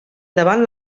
davant